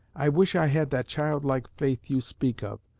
i wish i had that childlike faith you speak of,